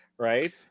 Right